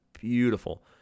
beautiful